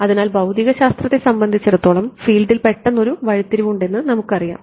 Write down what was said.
അതിനാൽ ഭൌതികശാസ്ത്രത്തെ സംബന്ധിച്ചിടത്തോളം ഫീൽഡിൽ പെട്ടെന്ന് ഒരു വഴിത്തിരിവ് ഉണ്ടെന്ന് നമുക്കറിയാം